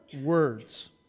words